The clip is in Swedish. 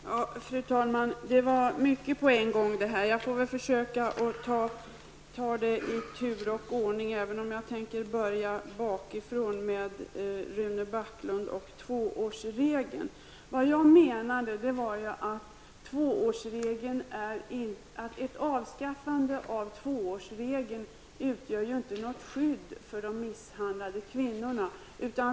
replik: Fru talman! Det blev mycket på en gång. Jag får väl försöka ta kommentarerna i tur och ordning, även om jag tänker börja bakifrån och kommentera vad Rune Backlund sade om tvåårsregeln. Jag menade att ett avskaffande av tvåårsregeln inte utgör något skydd för de misshandlade kvinnorna.